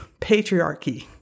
patriarchy